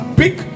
big